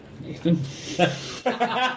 Nathan